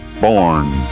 born